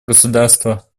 государства